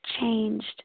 changed